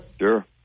Sure